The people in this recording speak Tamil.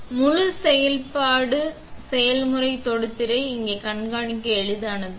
மற்றும் முழு செயல்முறை தொடுதிரை இங்கே கண்காணிக்க எளிதானது